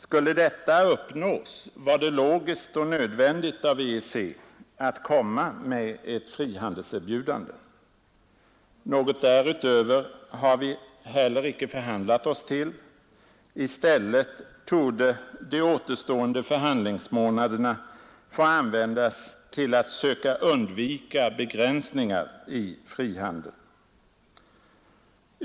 Skulle detta uppnås var det logiskt och nödvändigt av EEC att komma med ett frihandelserbjudande. Något därutöver har vi heller icke förhandlat oss till — i stället torde de återstående förhandlingsmånaderna få användas till att söka undvika begränsningar i frihandeln.